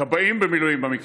כבאים במילואים,